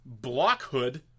Blockhood